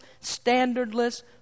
standardless